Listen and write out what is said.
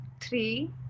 three